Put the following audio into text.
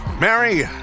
Mary